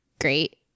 great